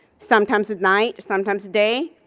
sometimes at night, sometimes day,